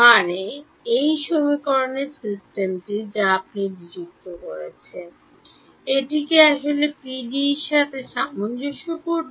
মানে এই সমীকরণের সিস্টেমটি যা আমি বিযুক্ত করেছি এটি কি আসল পিডিইগুলির সাথে সামঞ্জস্যপূর্ণ